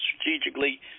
strategically